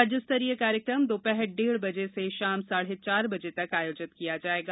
राज्यस्तरीय कार्यक्रम दोपहर डेढ़ बजे से शाम साढ़े चार बजे तक आयोजित किया जाएगा